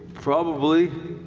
probably.